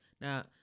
now